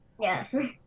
Yes